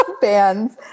bands